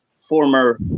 former